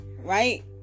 right